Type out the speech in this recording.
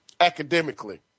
academically